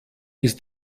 ist